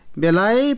belai